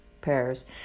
pairs